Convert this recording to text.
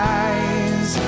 eyes